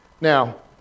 Now